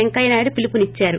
పెంకయ్యనాయుడు పిలుపునిచ్చారు